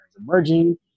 emerging